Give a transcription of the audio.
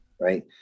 right